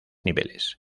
niveles